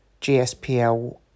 GSPL